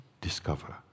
Discover